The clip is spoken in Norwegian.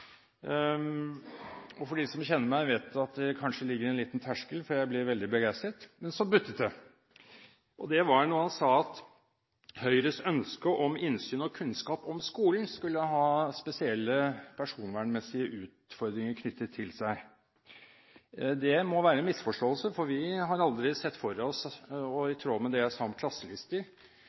begeistret til. De som kjenner meg, vet at det kanskje er en liten terskel før jeg blir veldig begeistret. Men så buttet det. Det var da han sa at Høyres ønske om innsyn i og kunnskap om skolen ville ha spesielle personvernmessige utfordringer knyttet til seg. Det må være en misforståelse, for vi har aldri sett for oss det. I tråd med det jeg